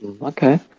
okay